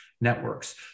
networks